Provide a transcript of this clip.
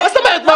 --- מה זאת אומרת,